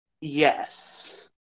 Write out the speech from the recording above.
Yes